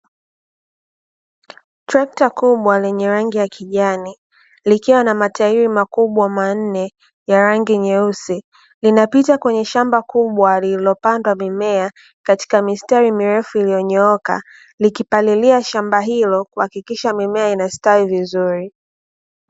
Trekta kubwa lenye rangi ya kijani likiwa na matairi makubwa manne ya rangi nyeusi, linapita kwenye shamba kubwa lililopandwa mimea katika mistari mirefu iliyonyooka, likipalilia shamba hilo kuhakikisha mimea inastawi vizuri.